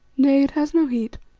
nay, it has no heat.